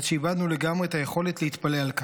עד שאיבדנו לגמרי את היכולת להתפלא על כך.